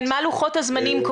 מה לוחות הזמנים?